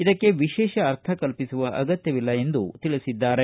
ಇದಕ್ಕೆ ವಿಶೇಷ ಅರ್ಥ ಕಲ್ಪಿಸುವ ಅಗತ್ಯವಿಲ್ಲ ಎಂದು ಹೇಳಿದ್ದಾರೆ